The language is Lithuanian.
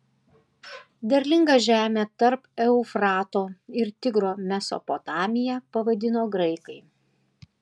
derlingą žemę tarp eufrato ir tigro mesopotamija pavadino graikai